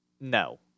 No